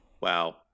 Wow